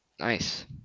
Nice